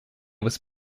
was